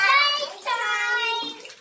nighttime